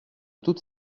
toute